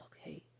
okay